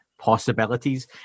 possibilities